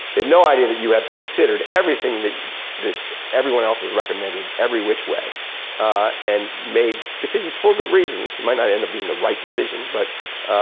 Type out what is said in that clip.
they have no idea that you have considered everything that everyone else has recommended every which way and made decisions for good reasons. it might not end up being the right decision but,